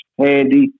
handy